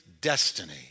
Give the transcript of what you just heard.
destiny